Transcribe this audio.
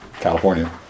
California